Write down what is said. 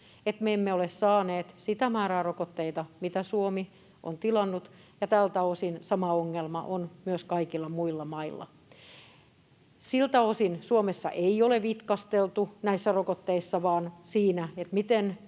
että me emme ole saaneet sitä määrää rokotteita, mitä Suomi on tilannut, ja tältä osin sama ongelma on myös kaikilla muilla mailla. Siltä osin Suomessa ei ole vitkasteltu näissä rokotteissa. Miten nopeasti ne